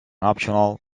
optional